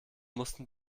mussten